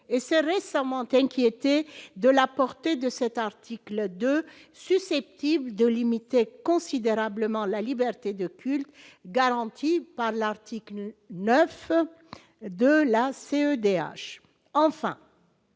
et s'est récemment inquiété de la portée de cet article 2 susceptibles de limiter considérablement la liberté de culte garantie par l'article 9 de la CEDH enfin.